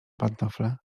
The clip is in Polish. pantofle